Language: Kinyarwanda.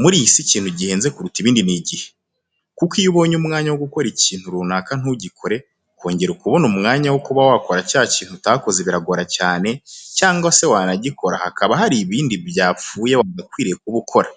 Muri iyi si ikintu gihenze kuruta ibindi ni igihe. Kuko iyo ubonye umwanya wo gukora ikintu runaka ntugikore kongera kubona umwanya wo kuba wakora cya kintu utakoze biragora cyane cyangwa se wanagikora hakaba hari ibindi byapfuye wagakwiye kuba ukora.